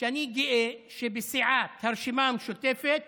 שאני גאה שבסיעת הרשימה המשותפת